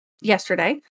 yesterday